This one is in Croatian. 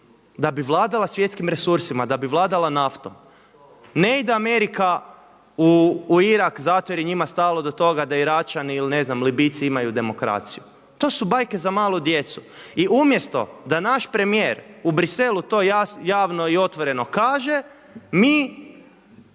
da bi vladala svjetskim resursima, da bi vladala naftom. Ne ide Amerika u Irak zato jer je njima stalo do toga da Iračani ili ne znam Libijci imaju demokraciju, to su bajke za malu djecu. I umjesto da naš premijer u premijeru to javno i otvoreno kaže mi